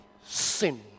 sin